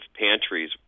pantries